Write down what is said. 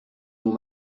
nos